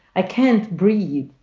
i can't breathe.